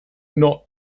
not